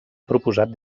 proposat